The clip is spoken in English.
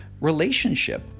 relationship